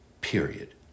Period